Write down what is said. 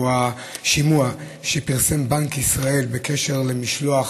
או השימוע שפרסם בנק ישראל בקשר למשלוח